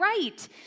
right